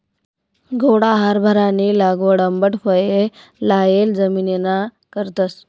घोडा हारभरानी लागवड आंबट फये लायेल जमिनना करतस